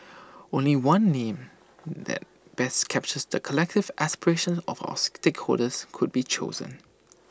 only one name that best captures the collective aspirations of our stakeholders could be chosen